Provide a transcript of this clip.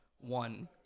one